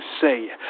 say